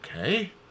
okay